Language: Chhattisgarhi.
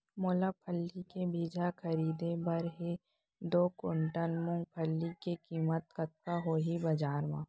मोला फल्ली के बीजहा खरीदे बर हे दो कुंटल मूंगफली के किम्मत कतका होही बजार म?